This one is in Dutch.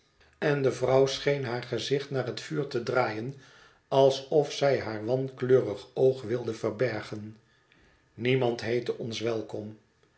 en de vrouw bescherming van mevrouw paiwigole scheen haar gezicht naar het vuur te draaien alsof zij haar wankleurig oog wilde verbergen niemand heette ons welkom